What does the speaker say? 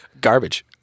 Garbage